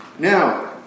Now